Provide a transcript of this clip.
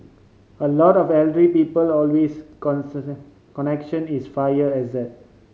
a lot of elderly people always connection is fire hazard